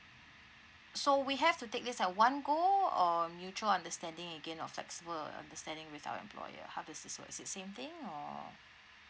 so we have to take this at one go or mutual understanding again or flexible understanding with our employer how does this work is it same thing or